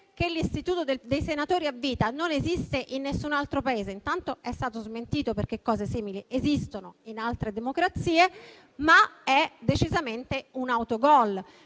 che l'istituto dei senatori a vita non esiste in nessun altro Paese, intanto è stato smentito, perché cose simili esistono in altre democrazie, ma è decisamente un autogol.